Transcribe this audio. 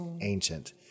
ancient